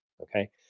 Okay